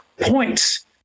points